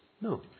No